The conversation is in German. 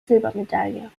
silbermedaille